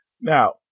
now